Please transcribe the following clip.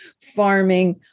farming